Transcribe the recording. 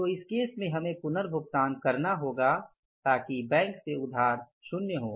तो इस केस में हमें पुनर्भुगतान करना होगा ताकि बैंक से उधार शून्य हो